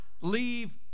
leave